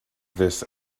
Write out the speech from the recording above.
this